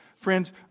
Friends